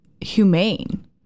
humane